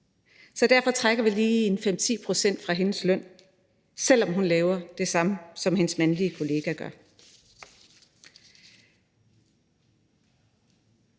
så derfor trækker vi lige en 5-10 pct. fra hendes løn, selv om hun laver det samme, som hendes mandlige kollega gør.